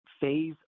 phase